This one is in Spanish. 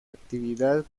actividad